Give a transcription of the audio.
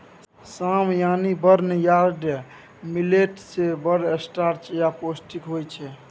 साम यानी barnyard millet मे बड़ स्टार्च आ पौष्टिक होइ छै